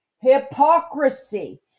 hypocrisy